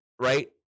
Right